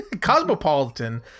cosmopolitan